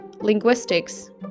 linguistics